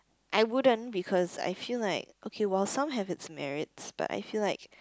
I wouldn't because I feel like okay while some have it's merits but I feel like